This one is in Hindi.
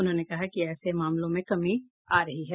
उन्होंने कहा कि ऐसे मामलों में कमी आ रही है